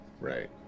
Right